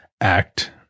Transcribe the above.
act